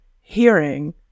hearing